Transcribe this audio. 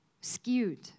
skewed